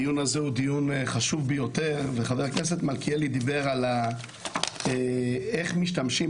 הדיון הזה הוא דיון חשוב ביותר וחבר הכנסת מלכיאלי דיבר על איך משתמשים,